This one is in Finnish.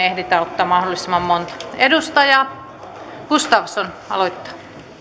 ehditään ottamaan mahdollisimman monta edustaja gustafsson aloittaa